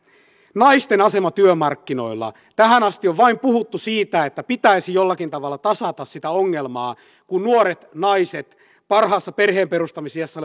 naisten asema työmarkkinoilla tähän asti on vain puhuttu siitä että pitäisi jollakin tavalla tasata sitä ongelmaa kun nuoret naiset parhaassa perheenperustamisiässä